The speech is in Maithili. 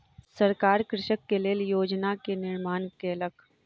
सरकार कृषक के लेल योजना के निर्माण केलक